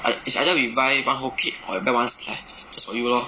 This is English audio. it's either we buy one whole cake or jus~ just one slice just for you lor